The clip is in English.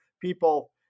people